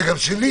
זה גם שלי.